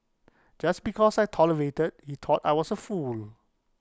just because I tolerated he thought I was A fool